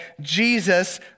Jesus